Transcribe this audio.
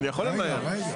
רגע, רגע.